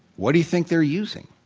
what do you think they're using?